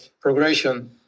progression